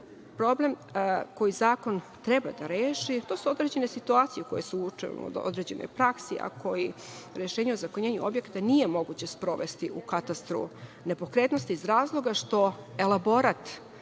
problem koji zakon treba da reši. To su određene situacije koje su uočene u određenoj praksi, a koje rešenjem o ozakonjenju objekata nije moguće sprovesti u katastru nepokretnosti iz razloga što elaborat